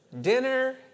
Dinner